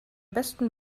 besten